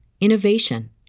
innovation